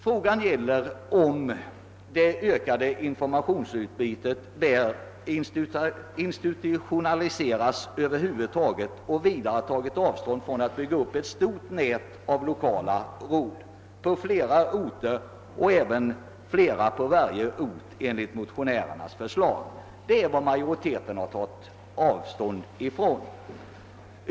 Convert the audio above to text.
Frågan gäller om ett ökat informationsutbyte bör institutionaliseras över huvud taget. Utskottsmajoriteten har tagit avstånd från motionärernas förslag, att man skulle bygga upp ett stort nät av lokala råd på flera orter, t.o.m. flera på varje ort.